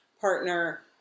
partner